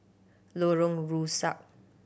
Lorong Rusuk